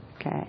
okay